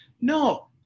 No